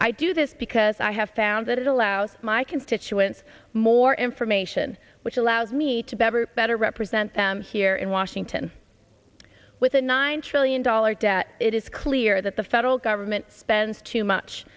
i do this because i have found that it allows my constituents more from a sion which allows me to better better represent them here in washington with a nine trillion dollars debt it is clear that the federal government spends too much